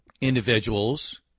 individuals